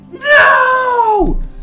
no